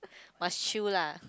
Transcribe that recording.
must chill lah